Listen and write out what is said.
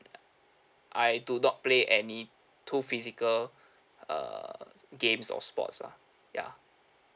I do not play any too physical err games or sports lah ya